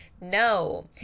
no